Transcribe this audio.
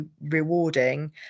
rewarding